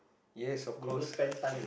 yes of course